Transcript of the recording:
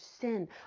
sin